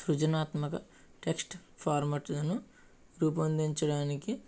సృజనాత్మక టెక్స్ట్ ఫార్మాట్లను రూపొందించడానికి